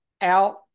out